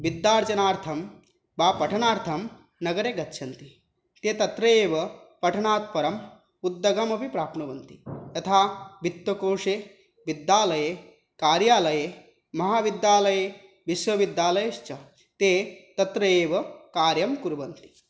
विद्यार्जनार्थं वा पठनार्थं नगरे गच्छन्ति ते तत्र एव पठनात् परम् उद्योगमपि प्राप्नुवन्ति यथा वित्तकोषे विद्यालये कार्यालये महाविद्यालये विश्वविद्यालयश्च ते तत्र एव कार्यं कुर्वन्ति